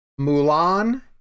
mulan